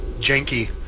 janky